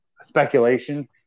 speculation